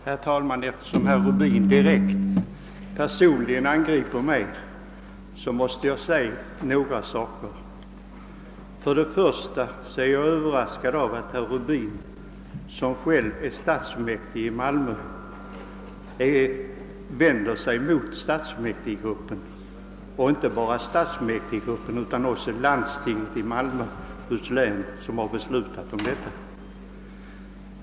Herr talman! Eftersom herr Rubin angripit mig personligen, måste jag framhålla ett par saker. För det första är jag överraskad över att herr Rubin, som själv är stadsfullmäktigledamot i Malmö, vänder sig mot stadsfullmäktiggruppen och inte bara mot denna utan också mot landstinget i Malmöhus län, som har beslutat om detta.